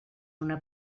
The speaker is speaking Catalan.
una